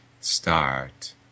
start